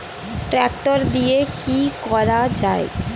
Tractor দিয়ে কি করা যায়?